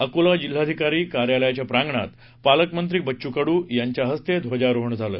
अकोला जिल्हाधिकारी कार्यालयाच्या प्रांगणात पालकमंत्री बच्चू कडू यांच्या हस्ते ध्वजारोहण झालं